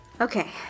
Okay